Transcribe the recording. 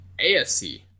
AFC